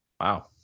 Wow